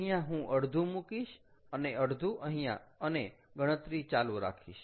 અહીંયા હું અડધું મુકીશ અને અડધું અહીંયા અને ગણતરી ચાલુ રાખીશ